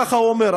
כך הוא אומר,